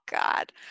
God